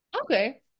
Okay